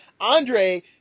andre